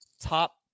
top